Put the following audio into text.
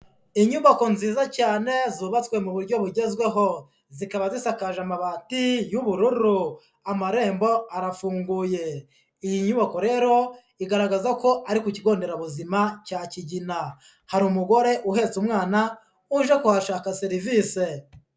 Inyubako nziza cyane, zubatswe mu buryo bugezweho. Zikaba zisakaje amabati y'ubururu. Amarembo arafunguye. Iyi nyubako rero, igaragaza ko ari ku kigo nderabuzima cya Kigina. Hari umugore uhetse umwana, uje kuhashaka serivise.